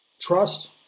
trust